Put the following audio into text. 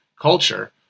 culture